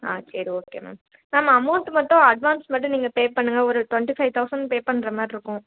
ஆ சரி okay ma'am ma'am amount மட்டும் advance மட்டும் நீங்கள் பே பண்ணுங்க ஒரு ட்வென்டி ஃபைவ் தெளசண்ட் பே பண்ணுற மாதிரி இருக்கும்